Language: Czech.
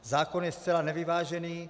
Zákon je zcela nevyvážený.